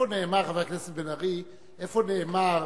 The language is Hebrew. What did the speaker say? חבר הכנסת בן-ארי, איפה נאמר,